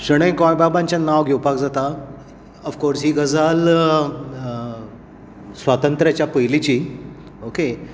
शैणें गोंयबाबाचे नांव घेवपाक जाता अफर्कोस ही गजाल स्वातंत्र्याच्या पयलींची ओके